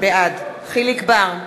בעד יחיאל חיליק בר,